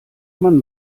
man